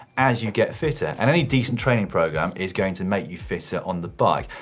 as you get fitter, and any decent training program is going to make you fitter on the bike.